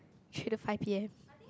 should at five P_M